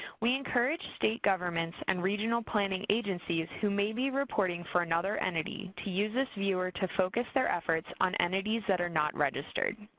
we encourage state governments and regional planning agencies who may be reporting for another entity to use this viewer to focus their efforts on entities that are not registered.